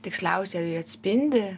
tiksliausiai atspindi